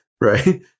right